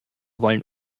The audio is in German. wollen